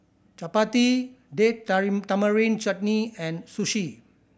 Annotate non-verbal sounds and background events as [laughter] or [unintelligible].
Chapati Date [unintelligible] Tamarind Chutney and Sushi